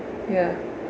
ya